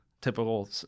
typical